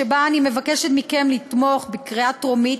שאני מבקשת מכם לתמוך בה בקריאה טרומית,